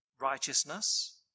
righteousness